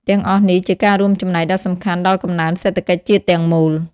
ទាំងអស់នេះជាការរួមចំណែកដ៏សំខាន់ដល់កំណើនសេដ្ឋកិច្ចជាតិទាំងមូល។